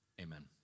amen